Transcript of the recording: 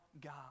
God